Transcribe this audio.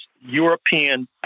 European